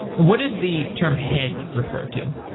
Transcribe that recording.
what does the term hedge refer to?